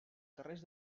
carrers